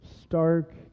stark